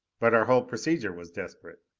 but our whole procedure was desperate!